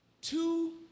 two